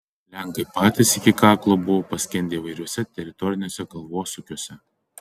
lenkai patys iki kaklo buvo paskendę įvairiausiuose teritoriniuose galvosūkiuose